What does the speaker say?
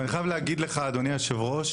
אבל אני חייב להגיד לך אדוני יושב הראש